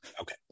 Okay